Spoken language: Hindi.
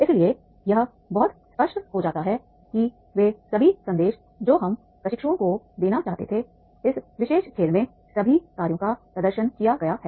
इसलिए यह बहुत स्पष्ट हो जाता है कि वे सभी संदेश जो हम प्रशिक्षुओं को देना चाहते थे इस विशेष खेल में सभी कार्यों का प्रदर्शन किया गया है